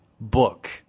book